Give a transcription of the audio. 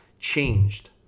changed